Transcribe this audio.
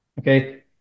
okay